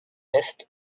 est